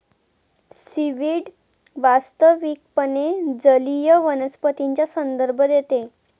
seaweed वास्तविकपणे जलीय वनस्पतींचा संदर्भ देते